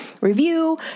review